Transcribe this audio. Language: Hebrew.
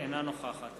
אינה נוכחת